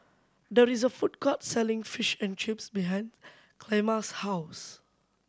there is a food court selling Fish and Chips behind Clemma's house